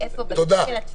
תודה.